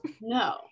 No